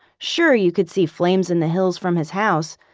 sure, you could see flames in the hills from his house,